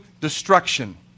destruction